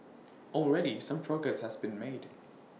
already some progress has been made